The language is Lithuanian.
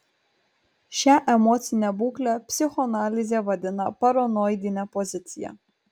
šią emocinę būklę psichoanalizė vadina paranoidine pozicija